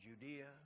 Judea